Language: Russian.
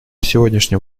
сегодняшнем